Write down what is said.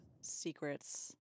secrets